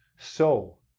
so,